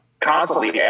constantly